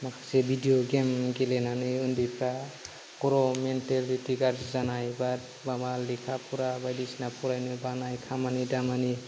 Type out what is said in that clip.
माखासे video game गेलेनानै उन्दैफ्रा खर' मेन्टेलिटि गाज्रि जानाय बा माबा लेखा फरा बायदिसिना फरायनो बानाय खामानि दामानि